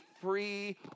free